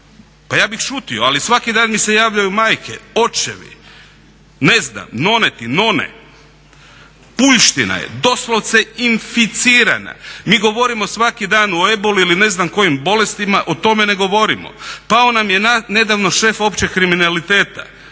Pa ja bih šuti, ali svaki dan mi se javljaju majke, očevi, noneti, none. Puljština je doslovce inficirana, mi govorimo svaki dan o eboli ili ne znam kojim bolestima, o tome ne govorimo. Pao nam je nedavno šef općeg kriminaliteta,